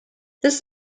this